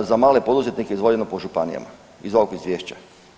za male poduzetnike izdvojeno po županijama iz ovog izvješća.